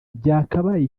byakabaye